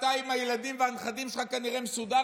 אתה עם הילדים והנכדים שלך כנראה מסודר,